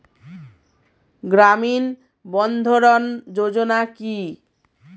গ্রামীণ বন্ধরন যোজনা কি?